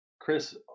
Chris